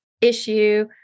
issue